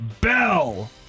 bell